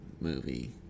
movie